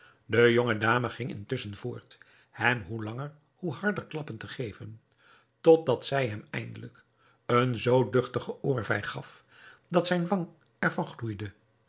de jonge dame ging intusschen voort hem hoe langer hoe harder klappen te geven totdat zij hem eindelijk een zoo duchtigen oorvijg gaf dat zijn wang er van gloeide